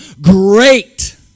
great